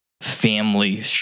family